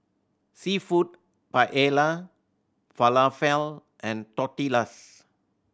Seafood Paella Falafel and Tortillas